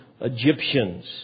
Egyptians